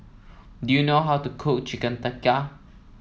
do you know how to cook Chicken Tikka